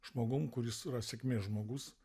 žmogum kuris yra sėkmės žmogus